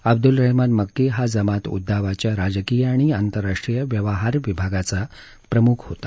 अब्दुल रहमान मक्की हा जमात उद्दावाच्या राजकीय आणि आंतरराष्ट्रीय व्यवहार विभागाचा प्रमुख होता